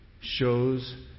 shows